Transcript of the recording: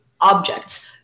objects